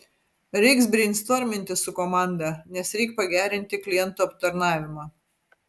reiks breistorminti su komanda nes reik pagerinti klientų aptarnavimą